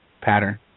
Pattern